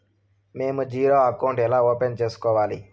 మేము zero account ఎలా open సేసుకోవాలి